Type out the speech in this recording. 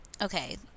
Okay